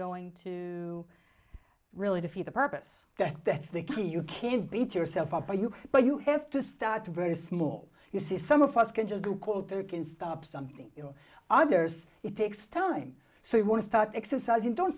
going to do really defeat the purpose that that's the key you can't beat yourself up by you but you have to start very small you see some of us can just do quarter can stop something you know others it takes time so you want to start exercising don't